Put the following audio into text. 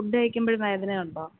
food കഴിക്കുമ്പഴും വേദന ഉണ്ടോ